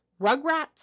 Rugrats